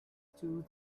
tools